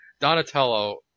Donatello